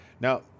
Now